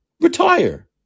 Retire